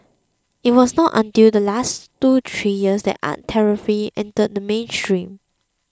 it was not until the last two three years that art therapy entered the mainstream